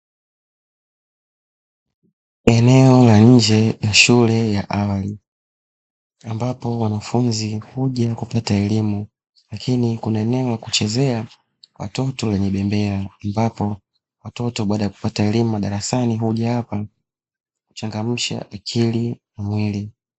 Eneo la nje ya shule ya awali ambapo wanafunzi huja kupata elimu lakini kuna eneo la kuchezea watoto lenye bembea, ambapo watoto baada ya kupata elimu darasani huja hapa kuchangamsha akili na mwili.